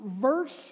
verse